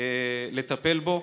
לטפל בו,